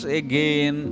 again